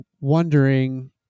wondering